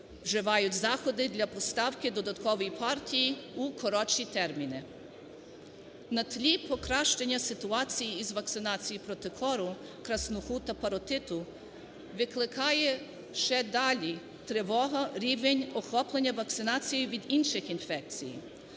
вживають заходи для поставки додаткової партії у коротші терміни. На тлі покращення ситуацій із вакцинацією проти кори, краснухи та паротиту викликає ще далі тривогу рівень охоплення вакцинації від інших інфекцій.